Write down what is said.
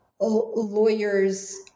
lawyer's